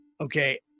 Okay